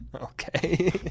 Okay